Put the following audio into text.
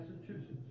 Massachusetts